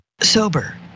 sober